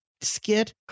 skit